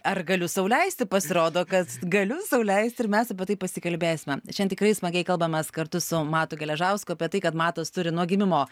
ar galiu sau leisti pasirodo kad galiu sau leisti ir mes apie tai pasikalbėsime šiandien tikrai smagiai kalbamės kartu su matu geležausku apie tai kad matas turi nuo gimimo